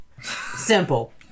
Simple